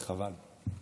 וחבל.